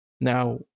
now